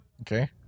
Okay